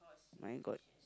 my God